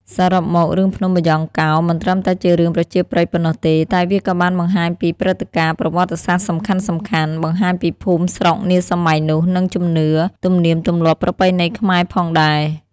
សរុបមក រឿងភ្នំបាយ៉ង់កោមិនត្រឹមតែជារឿងប្រជាប្រិយប៉ុណ្ណោះទេ តែវាក៏បានបង្ហាញពីព្រឹត្តិការណ៍ប្រវត្តិសាស្ត្រសំខាន់ៗ បង្ហាញពីភូមិស្រុកនាសម័យនោះ និងជំនឿ ទំនៀមទម្លាប់ប្រពៃណីខ្មែរផងដែរ។